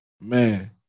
man